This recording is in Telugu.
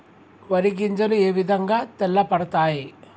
వరి గింజలు ఏ విధంగా తెల్ల పడతాయి?